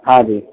ہاں جی